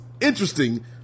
interesting